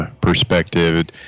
perspective